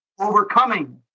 overcoming